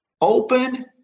Open